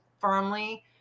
firmly